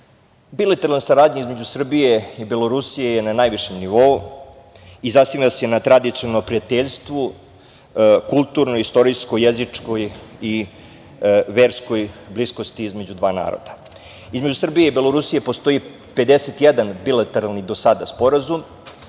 presude. Bilateralna saradnja između Srbije i Belorusije je na najvišem nivou i zasniva se na tradicionalnom prijateljstvu, kulturnoj, istorijskoj, jezičkoj i verskoj bliskosti između dva naroda. Između Srbije i Belorusije postoji 51 bilateralni sporazum